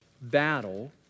battle